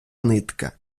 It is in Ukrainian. нитка